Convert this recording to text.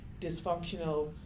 dysfunctional